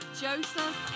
Joseph